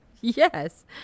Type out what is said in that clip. Yes